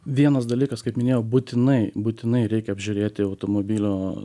vienas dalykas kaip minėjau būtinai būtinai reikia apžiūrėti automobilio